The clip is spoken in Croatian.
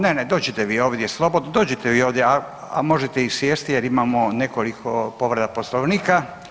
Ne, ne, dođite vi ovdje slobodno, dođite vi ovdje, a možete i sjesti jer imamo nekoliko povreda Poslovnika.